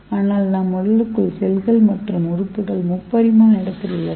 ஆனால் நம் உடலுக்குள் செல்கள் மற்றும் உறுப்புகள் முப்பரிமாண இடத்தில் உள்ளன